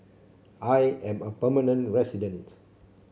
I am a permanent resident